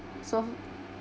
so